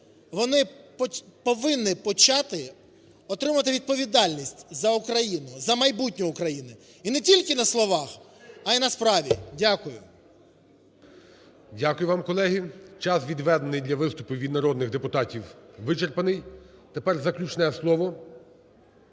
Вони повинні почати отримувати відповідальність за Україну, за майбутнє України. І не тільки на словах, а й на справі. Дякую. ГОЛОВУЮЧИЙ. Дякую вам, колеги. Час, відведений для виступу від народних депутатів вичерпаний. Тепер заключне слово.